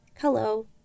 Hello